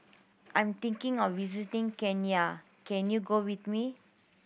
I'm thinking of visiting Kenya can you go with me